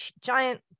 giant